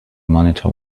monitor